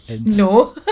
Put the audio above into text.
no